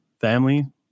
family